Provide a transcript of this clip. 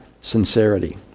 sincerity